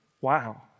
Wow